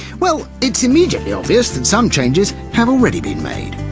well, it's immediately obvious that some changes have already been made.